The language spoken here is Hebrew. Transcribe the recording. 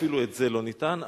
ואפילו זה לא ניתן.